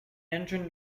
engine